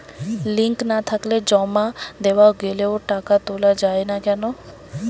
Link না থাকলে জমা দেওয়া গেলেও টাকা তোলা য়ায় না কেন?